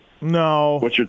no